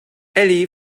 elli